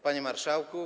Panie Marszałku!